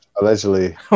Allegedly